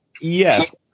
Yes